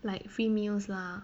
like free meals lah